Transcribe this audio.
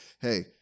hey